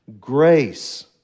Grace